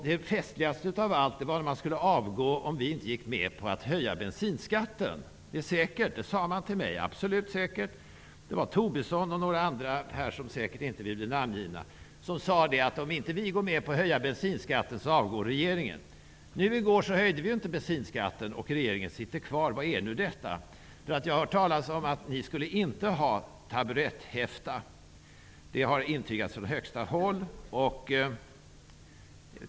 Det festligaste av allt var när man skulle avgå om vi inte gick med på att höja bensinskatten. Det är säkert. Det sade man till mig. Det är absolut säkert. Det var Lars Tobisson ocn några andra här, som säkert inte vill bli namngivna, som sade: Om inte ni går med på att höja bensinskatten avgår regeringen. Vi höjde inte bensinskatten i går, och regeringen sitter kvar. Vad är nu detta? Jag har hört talas om att ni inte skulle ha taburetthäfta. Det har intygats från högsta håll.